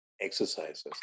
exercises